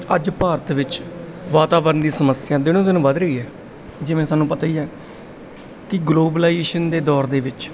ਅੱਜ ਭਾਰਤ ਵਿੱਚ ਵਾਤਾਵਰਣ ਦੀ ਸਮੱਸਿਆ ਦਿਨੋ ਦਿਨ ਵੱਧ ਰਹੀ ਹੈ ਜਿਵੇਂ ਸਾਨੂੰ ਪਤਾ ਹੀ ਹੈ ਕਿ ਗਲੋਬਲਾਈਜੇਸ਼ਨ ਦੇ ਦੌਰ ਦੇ ਵਿੱਚ